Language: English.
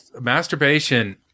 masturbation